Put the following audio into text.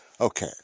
Okay